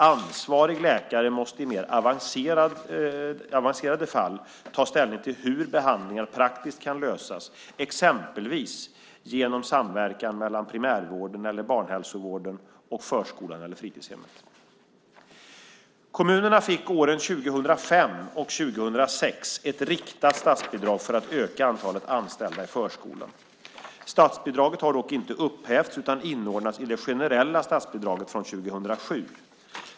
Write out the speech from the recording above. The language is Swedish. Ansvarig läkare måste i mer avancerade fall ta ställning till hur behandlingar praktiskt kan lösas, exempelvis genom samverkan mellan primärvården eller barnhälsovården och förskolan eller fritidshemmet. Kommunerna fick åren 2005 och 2006 ett riktat statsbidrag för att öka antalet anställda i förskolan. Statsbidraget har dock inte upphävts utan inordnats i det generella statsbidraget från 2007.